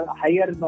higher